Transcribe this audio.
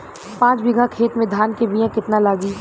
पाँच बिगहा खेत में धान के बिया केतना लागी?